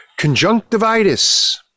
Conjunctivitis